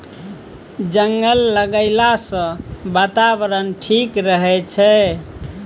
जंगल लगैला सँ बातावरण ठीक रहै छै